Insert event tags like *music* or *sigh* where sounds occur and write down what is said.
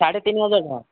ସାଢ଼େ ତିନି ହଜାର *unintelligible*